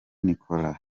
nicolas